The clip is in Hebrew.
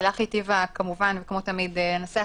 לילך היטיבה כמובן כמו תמיד לנסח,